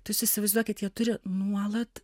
tai jūs įsivaizduokit jie turi nuolat